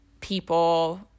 people